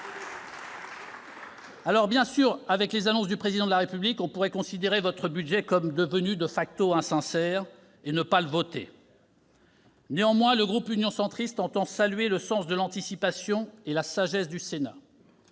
Après les annonces du Président de la République, on pourrait considérer que votre budget est devenu,, insincère et ne pas le voter. Toutefois, le groupe Union Centriste entend saluer le sens de l'anticipation et la sagesse du Sénat.